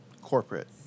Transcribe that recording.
corporate